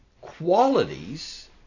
qualities